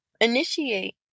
initiate